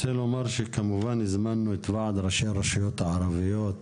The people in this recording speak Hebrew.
כמובן שהזמנו גם את ועד ראשי הרשויות הערביות,